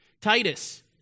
Titus